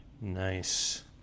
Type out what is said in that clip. Nice